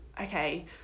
okay